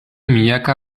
milaka